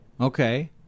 Okay